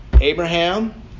Abraham